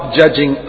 judging